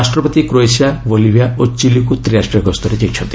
ରାଷ୍ଟ୍ରପତି Croatia Bolivia ଓ ଚିଲିକୁ ତ୍ରିରାଷ୍ଟ୍ରୀୟ ଗସ୍ତରେ ଯାଇଛନ୍ତି